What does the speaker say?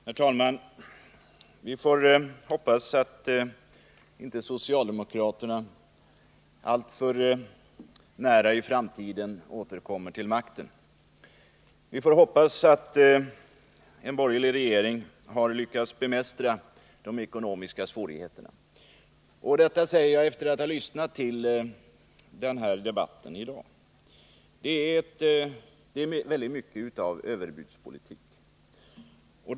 Herr talman! Vi får hoppas att socialdemokraterna inte inom en alltför nära framtid återkommer till makten. Vi får hoppas att en borgerlig regering då har lyckats bemästra de ekonomiska svårigheterna. Detta säger jag efter att ha lyssnat till debatten här i dag. Det är väldigt mycket av överbudspolitik.